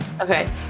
Okay